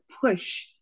push